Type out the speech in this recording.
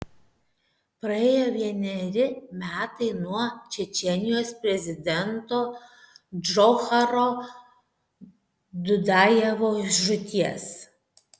praėjo vieneri metai nuo čečėnijos prezidento džocharo dudajevo žūties